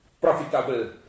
profitable